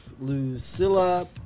Lucilla